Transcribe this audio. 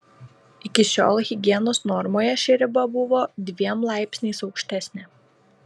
iki šiol higienos normoje ši riba buvo dviem laipsniais aukštesnė